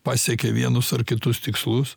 pasiekia vienus ar kitus tikslus